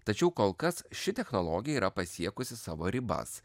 tačiau kol kas ši technologija yra pasiekusi savo ribas